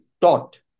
taught